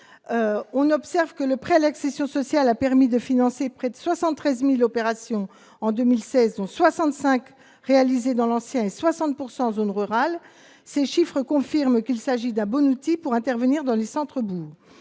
on observe que le prêt à l'accession sociale a permis de financer près de 73000 opérations en 2016 65 réalisé dans l'ancien et 60 pourcent en zone rurale, ces chiffres confirment qu'il s'agit d'un bon outil pour intervenir dans les centres